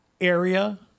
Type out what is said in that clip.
area